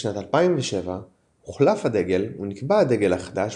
בשנת 2007 הוחלף הדגל ונקבע הדגל החדש